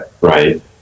Right